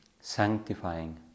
sanctifying